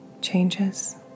changes